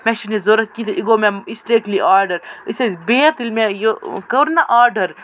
مےٚ چھِنہٕ یہِ ضوٚرَتھ کیٚنہہ تہٕ یہِ گوٚو مےٚ اِسٹیکلی آرڈَر أسۍ ٲسۍ بِہِتھ ییٚلہِ مےٚ یہِ کوٚر نا آرڈَر